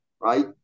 right